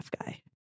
guy